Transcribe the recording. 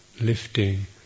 lifting